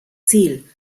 ziel